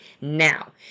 now